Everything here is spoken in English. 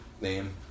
name